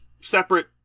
separate